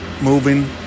moving